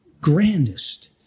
grandest